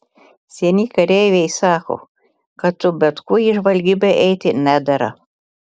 seni kareiviai sako kad su bet kuo į žvalgybą eiti nedera